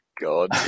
God